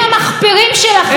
על הציטוטים המחפירים שלכם,